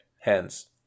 hence